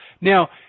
now